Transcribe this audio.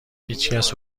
هیچکس